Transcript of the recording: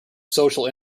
social